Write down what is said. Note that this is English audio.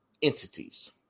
Entities